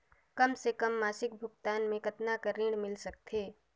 कम से कम मासिक भुगतान मे कतना कर ऋण मिल सकथे?